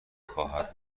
خواهد